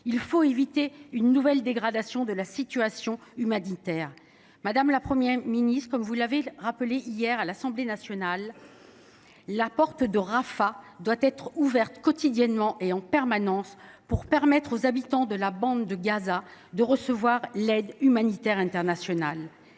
Il faut éviter une nouvelle dégradation de la situation humanitaire. Madame la Première ministre, comme vous l’avez rappelé hier à l’Assemblée nationale, la porte de Rafah doit être ouverte en permanence, tous les jours, pour permettre aux habitants de la bande de Gaza de recevoir l’aide humanitaire internationale.